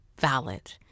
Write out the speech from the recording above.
valid